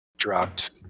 Dropped